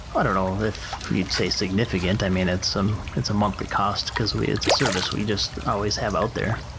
i don't know if you'd say significant. i mean, it's um it's a monthly cost because it's a service we just always have out there.